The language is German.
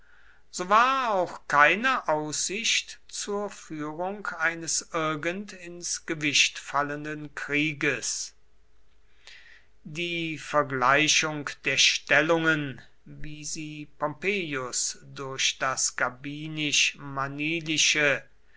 so war auch keine aussicht zur führung eines irgend ins gewicht fallenden krieges die vergleichung der stellungen wie sie pompeius durch das